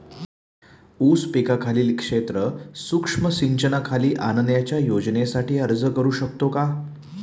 ऊस पिकाखालील क्षेत्र सूक्ष्म सिंचनाखाली आणण्याच्या योजनेसाठी अर्ज करू शकतो का?